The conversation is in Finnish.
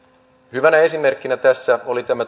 hyvänä esimerkkinä tässä oli tämä